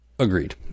Agreed